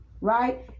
right